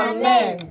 Amen